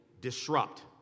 disrupt